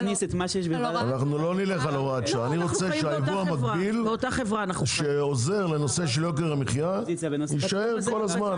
אני רוצה שהייבוא המקביל שעוזר לנושא של יוקר המחייה יישאר כל הזמן.